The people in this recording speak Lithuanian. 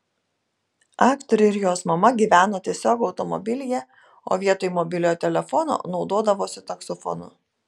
aktorė ir jos mama gyveno tiesiog automobilyje o vietoj mobiliojo telefono naudodavosi taksofonu